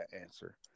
answer